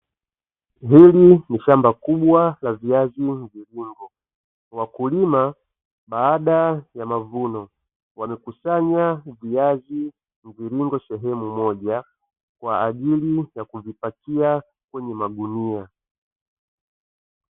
Hili ni shamba kubwa la viazi mviringo. Wakulima baada ya mavuno wamekusanya viazi mviringo sehemu moja kwa ajili ya kuvipakia kwenye magunia.